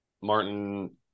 Martin